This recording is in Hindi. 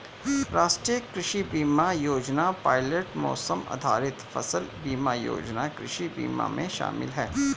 राष्ट्रीय कृषि बीमा योजना पायलट मौसम आधारित फसल बीमा योजना कृषि बीमा में शामिल है